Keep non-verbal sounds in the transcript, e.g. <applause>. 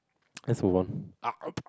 let's move on <noise>